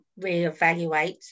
reevaluate